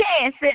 chance